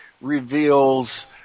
reveals